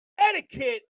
etiquette